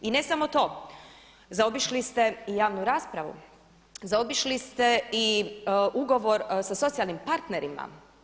I ne samo to, zaobišli ste i javnu raspravu, zaobišli ste i ugovor sa socijalnim partnerima.